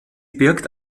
birgt